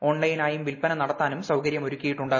ഓൺലൈനായും വിൽപ്പന നടത്താനും സൌകര്യമൊരുക്കിയിട്ടുണ്ട്